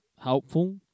helpful